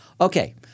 Okay